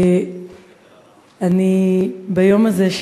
ביום הזה,